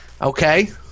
Okay